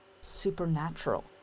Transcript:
supernatural